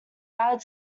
bad